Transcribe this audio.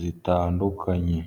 zitandukanye.